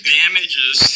damages